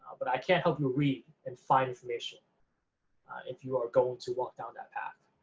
but i can help you read and find information if you are going to walk down that path.